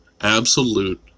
absolute